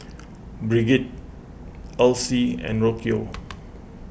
Brigid Elsie and Rocio